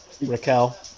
Raquel